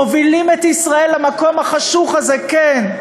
מובילים את ישראל למקום החשוך הזה, כן,